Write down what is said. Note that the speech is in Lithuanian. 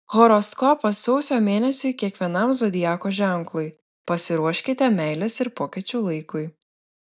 horoskopas sausio mėnesiui kiekvienam zodiako ženklui pasiruoškite meilės ir pokyčių laikui